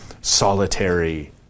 solitary